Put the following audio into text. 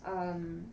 um